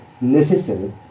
necessary